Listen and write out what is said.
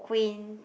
quaint